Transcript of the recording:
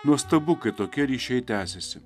nuostabu kai tokie ryšiai tęsiasi